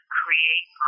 create